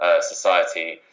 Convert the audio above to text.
society